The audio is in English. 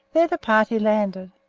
there the party landed,